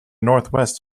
northwest